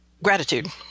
gratitude